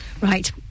Right